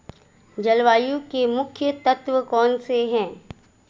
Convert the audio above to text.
जलवायु के मुख्य तत्व कौनसे हैं?